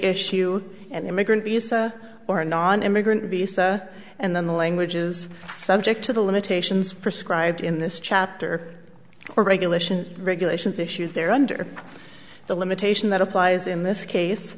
issue an immigrant visa or a nonimmigrant visa and then the language is subject to the limitations prescribed in this chapter or regulation regulations issues there under the limitation that applies in this case